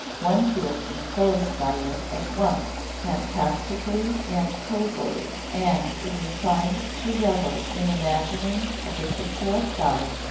one feels enclosed by it at once fantastically and cosily, and is inclined to revel in imaginings of the picture outside,